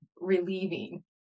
relieving